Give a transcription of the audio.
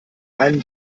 einen